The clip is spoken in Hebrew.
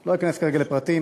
לא אכנס כרגע לפרטים.